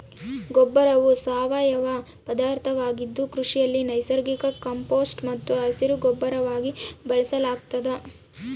ಗೊಬ್ಬರವು ಸಾವಯವ ಪದಾರ್ಥವಾಗಿದ್ದು ಕೃಷಿಯಲ್ಲಿ ನೈಸರ್ಗಿಕ ಕಾಂಪೋಸ್ಟ್ ಮತ್ತು ಹಸಿರುಗೊಬ್ಬರವಾಗಿ ಬಳಸಲಾಗ್ತದ